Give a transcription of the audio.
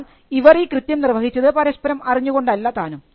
എന്നാൽ ഇവർ ഈ കൃത്യം നിർവഹിച്ചത് പരസ്പരം അറിഞ്ഞുകൊണ്ടല്ലതാനും